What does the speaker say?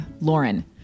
lauren